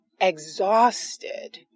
exhausted